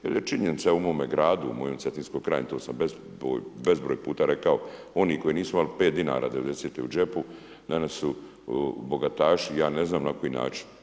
Jer je činjenica u mome gradu, u mojoj Cetinskoj krajnji, to sam bezbroj puta rekao, oni koji nisu imali 5 dinara '90. u džepu danas su bogataši ja ne znam na koji način.